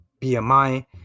BMI